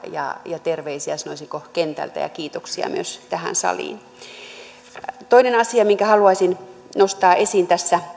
ja tuon terveiset sanoisinko kentältä ja kiitokset myös tähän saliin toinen asia minkä haluaisin nostaa esiin